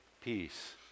peace